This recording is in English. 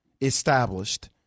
established